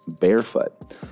barefoot